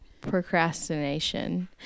Procrastination